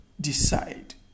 Decide